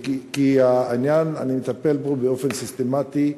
כי אני מטפל בעניין באופן סיסטמטי,